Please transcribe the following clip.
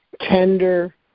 tender